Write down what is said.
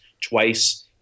twice